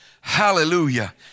hallelujah